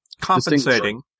compensating